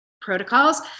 protocols